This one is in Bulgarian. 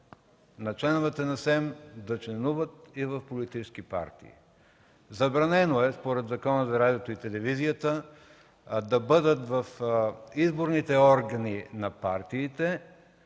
на членовете на СЕМ да членуват в политическите партии. Забранено е според Закона за радиото и телевизията да бъдат в ръководните органи на партиите,